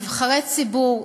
נבחרי ציבור,